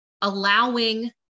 allowing